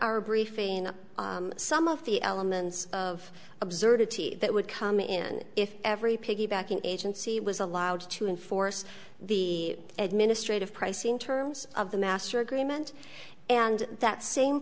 our briefing of some of the elements of observed that would come in if every piggybacking agency was allowed to enforce the administrative price in terms of the master agreement and that same